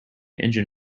engine